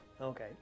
Okay